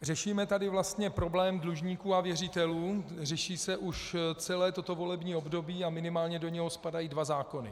Řešíme tady vlastně problém dlužníků a věřitelů, řeší se už celé toto volební období a minimálně do něho spadají dva zákony.